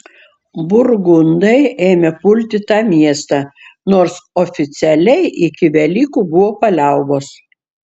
burgundai ėmė pulti tą miestą nors oficialiai iki velykų buvo paliaubos